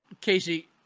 Casey